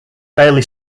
fairly